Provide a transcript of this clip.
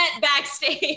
backstage